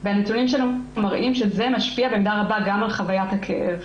כששולחים מישהו לבדיקת קולונוסקופיה,